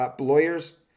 lawyers